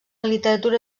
literatura